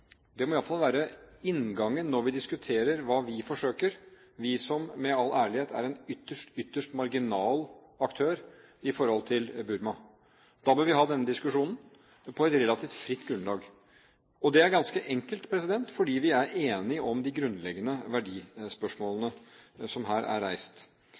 Det må i hvert fall være inngangen når vi diskuterer hva vi forsøker, vi som, med all ærlighet, er en ytterst, ytterst marginal aktør i forhold til Burma. Da bør vi ha denne diskusjonen på et relativt fritt grunnlag. Og det er ganske enkelt, fordi vi er enige om de grunnleggende verdispørsmålene som her er reist.